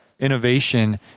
innovation